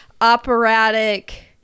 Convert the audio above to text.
operatic